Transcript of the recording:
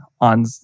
on